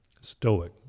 stoic